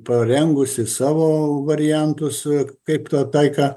parengusi savo variantus kaip tą taiką